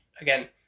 again